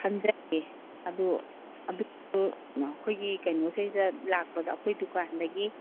ꯈꯟꯖꯒꯦ ꯑꯗꯨ ꯑꯗꯨꯗꯣ ꯑꯩꯈꯣꯏꯒꯤ ꯀꯩꯅꯣꯁꯤꯗꯩꯁꯤꯗ ꯂꯥꯛꯄꯗ ꯑꯩꯈꯣꯏ ꯗꯨꯀꯥꯟꯗꯒꯤ